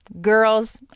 Girls